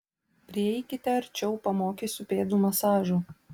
prieikite arčiau pamokysiu pėdų masažo